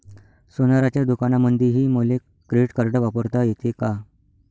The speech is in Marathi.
सोनाराच्या दुकानामंधीही मले क्रेडिट कार्ड वापरता येते का?